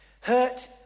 Hurt